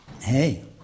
Hey